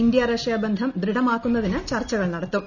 India Russia ബന്ധം ദൃഢമാക്കുന്നതിന് ചർച്ചകൾ നടത്തും